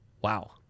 Wow